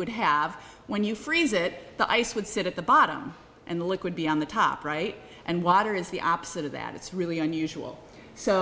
would have when you freeze it the ice would sit at the bottom and the liquid be on the top right and water is the opposite of that it's really unusual so